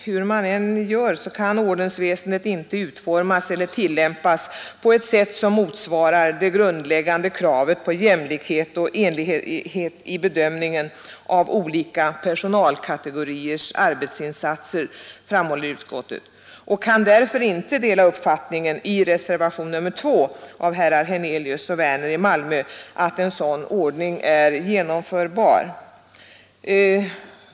Hur man än gör kan ordensväsendet inte utformas eller tillämpas på ett sätt som motsvarar det grundläggande kravet på jämlikhet och 51 enhetlighet i bedömningen av olika personalkategoriers arbetsinsatser, framhåller utskottet, och utskottet kan därför inte dela uppfattningen i reservationen 2 av herrar Hernelius och Werner i Malmö att en sådan ordning är genomförbar.